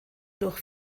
durch